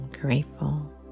grateful